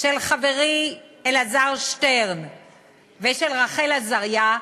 של חברי אלעזר שטרן ושל רחל עזריה,